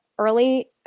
Early